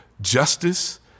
justice